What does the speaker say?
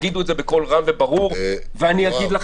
תגידו את זה בקול רם וברור,